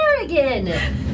again